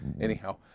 Anyhow